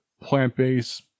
plant-based